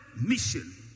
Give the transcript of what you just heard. mission